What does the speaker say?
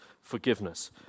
forgiveness